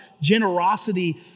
generosity